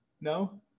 No